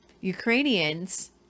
Ukrainians